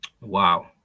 Wow